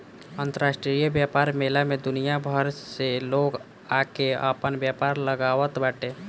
अंतरराष्ट्रीय व्यापार मेला में दुनिया भर से लोग आके आपन व्यापार लगावत बाटे